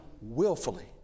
willfully